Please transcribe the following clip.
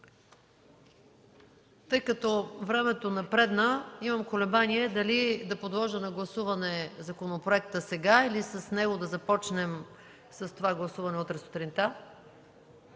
Тъй като времето напредна, имам колебание дали да подложа на гласуване законопроекта сега, или с това гласуване да започнем утре сутринта.